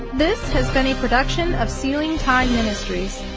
this has been a production of sealing time ministries.